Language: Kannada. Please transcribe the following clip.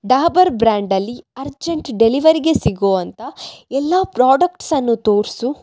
ಡಾಬರ್ ಬ್ರ್ಯಾಂಡಲ್ಲಿ ಅರ್ಜೆಂಟ್ ಡೆಲಿವರಿಗೆ ಸಿಗೋವಂಥ ಎಲ್ಲ ಪ್ರಾಡಕ್ಟ್ಸನ್ನು ತೋರ್ಸು